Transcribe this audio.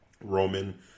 Roman